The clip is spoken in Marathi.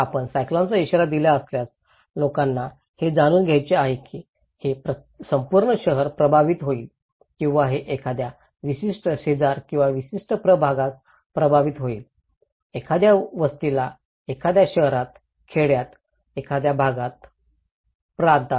आपण सायक्लॉनाचा इशारा दिला असल्यास लोकांना हे जाणून घ्यायचे आहे की हे संपूर्ण शहर प्रभावित होईल किंवा हे एखाद्या विशिष्ट शेजार किंवा विशिष्ट प्रभागास प्रभावित होईल एखाद्या वस्तीला एखाद्या शहरात खेड्यात एखाद्या भागात प्रांत